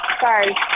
Sorry